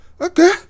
Okay